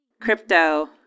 crypto